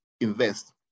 invest